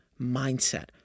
mindset